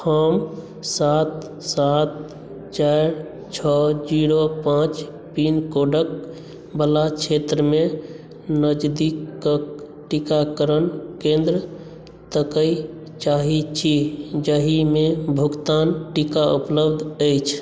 हम सात सात चारि छओ जीरो पाॅंच पिनकोडक बला क्षेत्रमे नजदिकक टीकाकरण केंद्र ताकय चाहै छी जहि मे भुगतान टीका उपलब्ध अछि